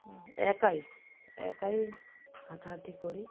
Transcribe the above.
হুম একাই একাই হাঁটাহাঁটি করি